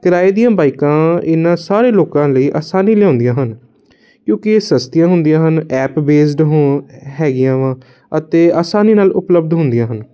ਕਿਰਾਏ ਦੀਆਂ ਬਾਈਕਾਂ ਇਹਨਾਂ ਸਾਰੇ ਲੋਕਾਂ ਲਈ ਆਸਾਨੀ ਲਿਆਉਂਦੀਆਂ ਹਨ ਕਿਉਂਕਿ ਇਹ ਸਸਤੀਆਂ ਹੁੰਦੀਆਂ ਹਨ ਐਪ ਬੇਸਡ ਹੋ ਹੈਗੀਆਂ ਵਾ ਅਤੇ ਆਸਾਨੀ ਨਾਲ ਉਪਲੱਬਧ ਹੁੰਦੀਆਂ ਹਨ